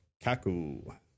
Kaku